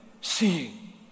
seeing